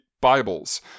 Bibles